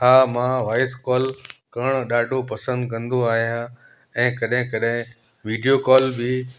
हा मां voice call करणु ॾाढो पसंदि कंदो आहियां ऐं कॾहिं कॾहिं वीडियो कॉल बि